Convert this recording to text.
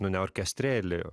nu ne orkestrėlį